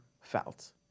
felt